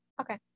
okay